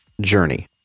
journey